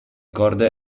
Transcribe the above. corde